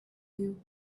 you